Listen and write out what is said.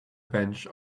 bench